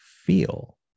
feel